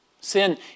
Sin